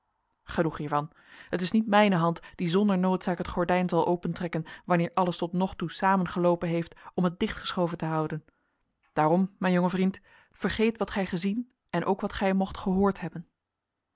genoeg hiervan het is niet mijne hand die zonder noodzaak het gordijn zal opentrekken wanneer alles tot nog toe samengeloopen heeft om het dichtgeschoven te houden daarom mijn jonge vriend vergeet wat gij gezien en ook wat gij mocht gehoord hebben